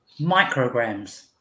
micrograms